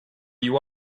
you